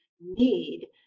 need